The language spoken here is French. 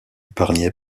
épargné